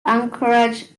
anchorage